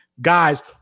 guys